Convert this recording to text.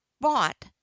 bought